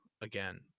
Again